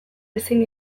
ezin